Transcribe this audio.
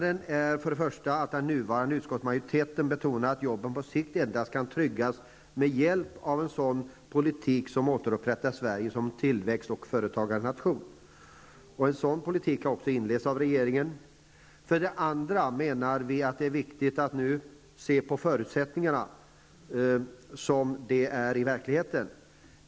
En skillnad är att den nuvarande utskottsmajoriteten betonar att jobben på sikt endast kan tryggas med hjälp av en politik som återupprättar Sverige som en tillväxt och företagarnation. En sådan politik har också inletts av regeringen. Vidare menar vi att det viktiga nu är att se till förutsättningarna som de är i verkligheten.